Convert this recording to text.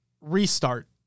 restart